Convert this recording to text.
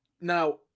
Now